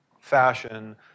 fashion